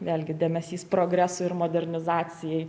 vėlgi dėmesys progresui ir modernizacijai